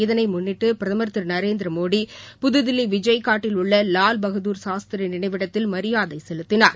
இதனை முன்னிட்டு பிரதமர் திரு நரேந்திர மோடி புதுதில்லி விஜயகாட்டில் உள்ள லால் பகதார் சாஸ்திரி நினைவிடத்தில் மரியாதை செலுத்தினார்